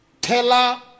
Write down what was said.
teller